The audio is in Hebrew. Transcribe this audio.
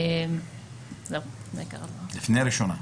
קריאה ראשונה.